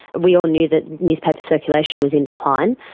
we all knew that newspaper circulation was in decline.